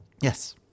Yes